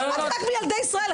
לי אכפת מילדי ישראל.